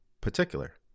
particular